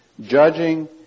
judging